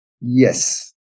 Yes